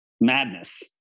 Madness